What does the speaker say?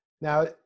Now